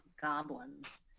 goblins